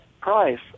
price